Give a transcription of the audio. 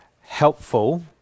helpful